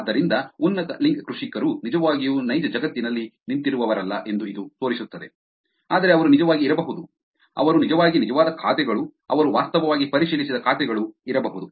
ಆದ್ದರಿಂದ ಉನ್ನತ ಲಿಂಕ್ ಕೃಷಿಕರು ನಿಜವಾಗಿಯೂ ನೈಜ ಜಗತ್ತಿನಲ್ಲಿ ನಿಂತಿರುವವರಲ್ಲ ಎಂದು ಇದು ತೋರಿಸುತ್ತದೆ ಆದರೆ ಅವರು ನಿಜವಾಗಿ ಇರಬಹುದು ಅವರು ನಿಜವಾಗಿ ನಿಜವಾದ ಖಾತೆಗಳು ಅವರು ವಾಸ್ತವವಾಗಿ ಪರಿಶೀಲಿಸಿದ ಖಾತೆಗಳು ಇರಬಹುದು